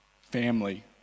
family